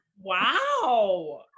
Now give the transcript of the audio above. Wow